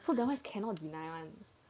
so that one cannot deny one